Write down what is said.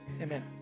Amen